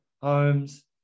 homes